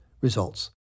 Results